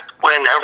whenever